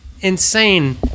insane